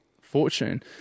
fortune